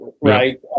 right